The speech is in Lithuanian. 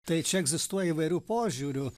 tai čia egzistuoja įvairių požiūrių